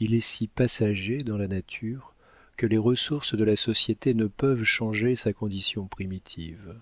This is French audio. il est si passager dans la nature que les ressources de la société ne peuvent changer sa condition primitive